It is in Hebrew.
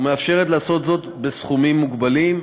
ומאפשרת לעשות זאת בסכומים מוגבלים,